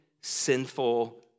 sinful